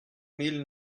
mille